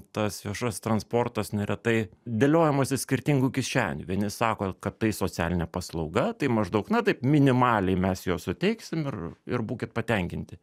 tas viešasis transportas neretai dėliojamas iš skirtingų kišenių vieni sako kad tai socialinė paslauga tai maždaug na taip minimaliai mes jo suteiksim ir ir būkit patenkinti